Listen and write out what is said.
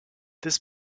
this